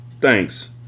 Thanks